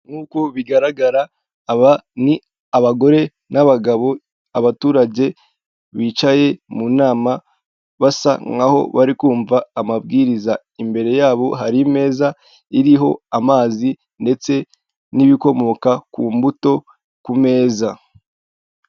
Nk'uko bigaragara aba ni abagore n'abagabo abaturage bicaye mu nama basa nkaho bari kumva amabwiriza imbere yabo hari meza iriho amazi ndetse n'ibikomoka ku mbuto ku meza.